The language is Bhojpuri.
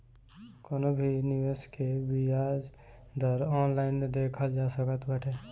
कवनो भी निवेश के बियाज दर ऑनलाइन देखल जा सकत बाटे